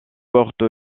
porte